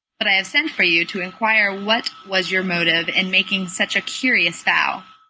but i have sent for you to inquire what was your motive in making such a curious vow.